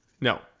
No